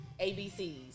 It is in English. ABCs